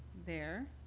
there.